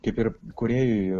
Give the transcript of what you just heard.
kaip ir kūrėjui